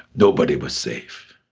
nobody was safe.